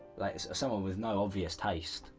like, someone with no obvious taste.